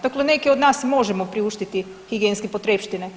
Dakle, neke od nas si možemo priuštiti higijenske potrepštine.